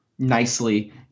nicely